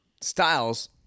styles